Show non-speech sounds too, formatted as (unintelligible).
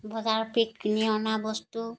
বজাৰ (unintelligible) কিনি অনা বস্তু